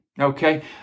Okay